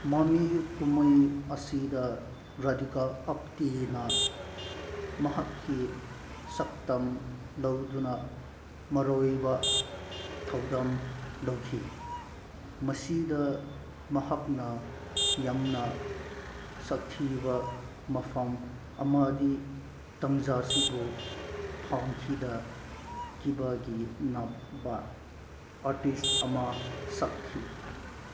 ꯃꯃꯤ ꯀꯨꯝꯃꯩ ꯑꯁꯤꯗ ꯔꯥꯗꯤꯀꯥ ꯑꯞꯇꯦꯅ ꯃꯍꯥꯛꯀꯤ ꯁꯛꯇꯝ ꯂꯧꯗꯨꯅ ꯃꯔꯨꯑꯣꯏꯕ ꯊꯧꯗꯥꯡ ꯂꯧꯈꯤ ꯃꯁꯤꯗ ꯃꯍꯥꯛꯅ ꯌꯥꯝꯅ ꯁꯥꯊꯤꯕ ꯃꯐꯝ ꯑꯃꯗꯤ ꯇꯥꯟꯖꯥꯁꯤꯕꯨ ꯄꯪꯀꯤꯗ ꯀꯤꯕꯒꯤ ꯅꯥꯕꯥ ꯑꯥꯔꯇꯤꯁ ꯑꯃ ꯁꯥꯈꯤ